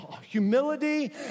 humility